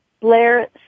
Blair